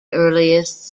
earliest